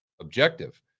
objective